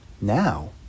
Now